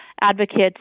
advocates